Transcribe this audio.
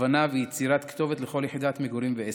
הכוונה ויצירת כתובת לכל יחידת מגורים ועסק,